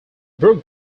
brook